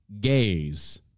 gaze